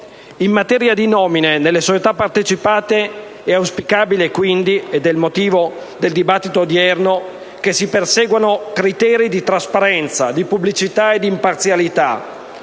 In materia di nomine nelle società partecipate è auspicabile, quindi, ed è il motivo del dibattito odierno, che si perseguano criteri di trasparenza, di pubblicità e di imparzialità,